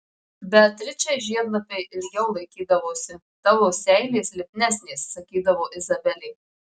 beatričei žiedlapiai ilgiau laikydavosi tavo seilės lipnesnės sakydavo izabelė